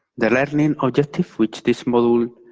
the learning objective which this module